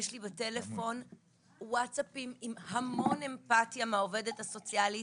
יש לי בטלפון וואטסאפים עם המון אמפתיה מהעובדת הסוציאלית,